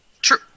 True